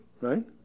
Right